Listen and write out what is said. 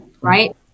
right